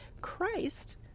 Christ